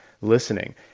listening